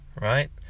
right